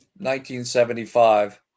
1975